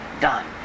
done